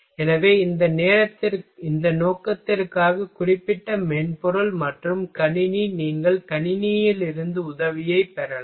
எனவே இந்த நோக்கத்திற்காக குறிப்பிட்ட மென்பொருள் மற்றும் கணினி நீங்கள் கணினியிலிருந்து உதவியைப் பெறலாம்